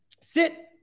Sit